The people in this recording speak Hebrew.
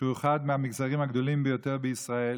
שהוא אחד מהמגזרים הגדולים ביותר בישראל